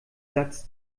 satz